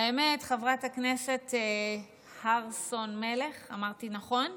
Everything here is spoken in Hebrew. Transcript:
האמת, חברת הכנסת הר סון מלך, אמרתי נכון?